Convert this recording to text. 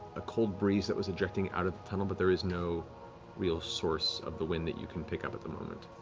a cold breeze that was ejecting out of the tunnel, but there is no real source of the wind that you can pick up at the moment.